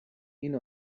این